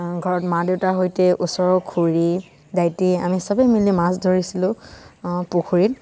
ঘৰত মা দেউতাৰ সৈতে ওচৰৰ খুড়ী দাইটি আমি চবেই মিলি মাছ ধৰিছিলোঁ পুখুৰীত